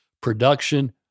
production